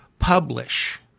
Publish